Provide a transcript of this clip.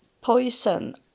poison